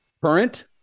Current